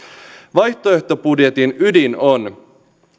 vaihtoehtobudjetin ydin on